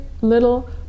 little